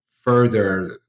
further